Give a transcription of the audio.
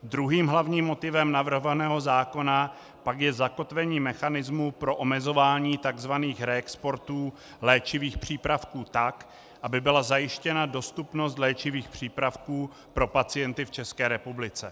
Druhým hlavním motivem navrhovaného zákona pak je zakotvení mechanismu pro omezování tzv. reexportů léčivých přípravků tak, aby byla zajištěna dostupnost léčivých přípravků pro pacienty v České republice.